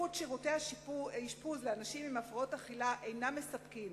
איכות שירותי האשפוז לאנשים עם הפרעות אכילה אינם מספקים.